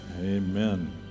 amen